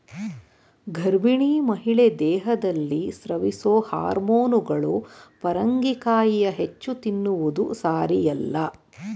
ಗರ್ಭಿಣಿ ಮಹಿಳೆ ದೇಹದಲ್ಲಿ ಸ್ರವಿಸೊ ಹಾರ್ಮೋನುಗಳು ಪರಂಗಿಕಾಯಿಯ ಹೆಚ್ಚು ತಿನ್ನುವುದು ಸಾರಿಯಲ್ಲ